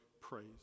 praise